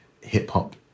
hip-hop